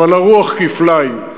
אבל הרוח כפליים,